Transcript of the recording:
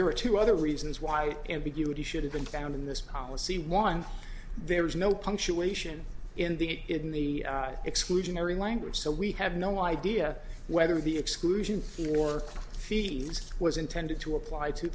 there are two other reasons why ambiguity should have been found in this policy one varies no punctuation in the in the exclusionary language so we have no idea whether the exclusion or fees was intended to apply to